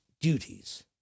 duties